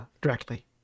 directly